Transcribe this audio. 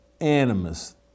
animus